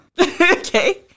Okay